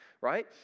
right